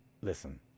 listen